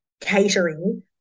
catering